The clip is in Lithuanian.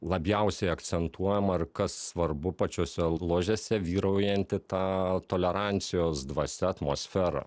labiausiai akcentuojama ir kas svarbu pačiose ložėse vyraujanti ta tolerancijos dvasia atmosfera